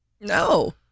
No